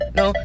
no